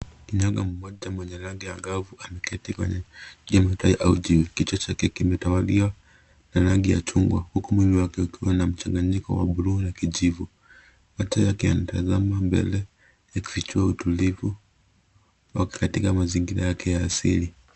Kinyonga mmoja mwenye rangi ya angavu, ameketi kwenye juu ya matawi au jiwe. Kichwa chake kimetawaliwa na rangi ya chungwa, huku mwili wake ukiwa na mchanganyiko wa blue na kijivu. Macho yake yanatazama mbele yakifichua utulivu, katika mazingira yake ya asili.